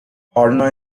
horner